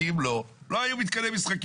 כי אם לא, לא היו מתקני משחקים.